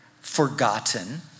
forgotten